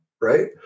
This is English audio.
right